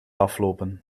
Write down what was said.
aflopen